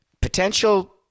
Potential